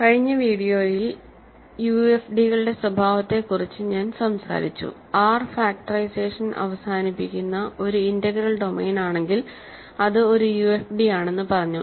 കഴിഞ്ഞ വീഡിയോയിൽയുഎഫ്ഡികളുടെ സ്വഭാവത്തെക്കുറിച്ച് ഞാൻ സംസാരിച്ചു R ഫാക്ടറൈസേഷൻ അവസാനിപ്പിക്കുന്ന ഒരു ഇന്റഗ്രൽ ഡൊമെയ്നാണെങ്കിൽ അത് ഒരു യുഎഫ്ഡിയാണെന്ന് പറഞ്ഞു